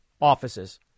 offices